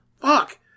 fuck